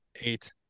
eight